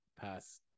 pass